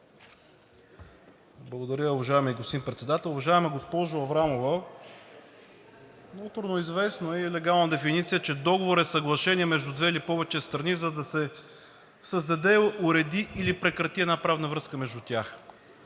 Благодаря, уважаеми господин Председател. Уважаема госпожо Аврамова, ноторно известно е и легална дефиниция е, че договорът е съглашение между две или повече страни, за да се създаде, уреди или прекрати една правна връзка между тях.